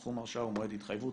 סכום ההרשאה ומועד ההתחייבות,